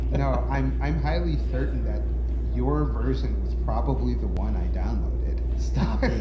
no, i'm i'm highly certain that your version was probably the one i downloaded stop it.